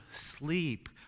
sleep